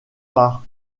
par